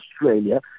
Australia